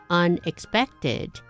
unexpected